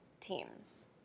teams